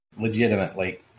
Legitimately